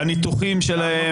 הניתוחים שלהם.